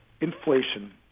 inflation